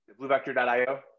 bluevector.io